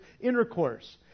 intercourse